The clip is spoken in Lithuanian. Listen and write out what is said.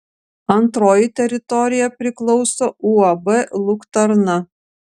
antroji teritorija priklauso uab luktarna